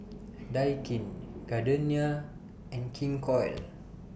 Daikin Gardenia and King Koil